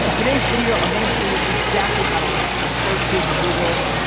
today's video i'm gonna show you exactly how to rank on the first page of google,